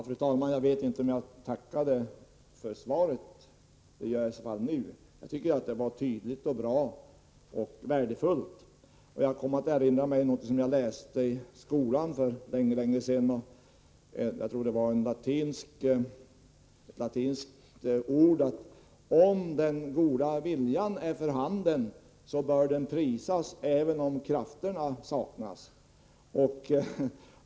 Fru talman! Jag är inte säker på om jag i mitt förra inlägg tackade kommunikationsministern för svaret, och jag vill därför göra det nu. Jag tycker att svaret var tydligt och bra. Det var dessutom värdefullt. Jag erinrar mig något som jag läste i skolan för länge sedan. Jag tror det var ett lätinskt ordspråk som sade, att om den goda viljan är för handen, bör den prisas även om krafterna saknas.